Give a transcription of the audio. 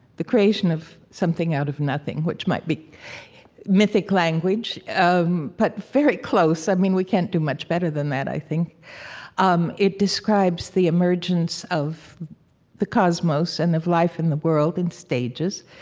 the creation of something out of nothing, which might be mythic language um but very close. i mean, we can't do much better than that, i think um it describes the emergence of the cosmos and of life in the world in stages.